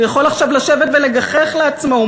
הוא יכול עכשיו לשבת ולגחך לעצמו,